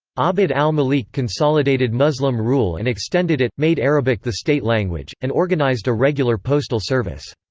abd al-malik consolidated muslim rule and extended it, made arabic the state language, and organized a regular postal service.